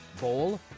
Bowl